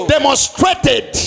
demonstrated